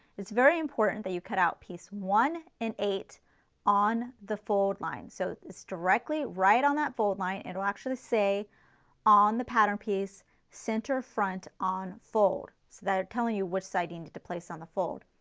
it's very important that you cut out piece one and eight on the fold line. so it's directly right on that fold line and it will actually say on the pattern piece center front on fold, so they're telling you which side you need to place on the fold.